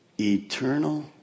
eternal